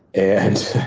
and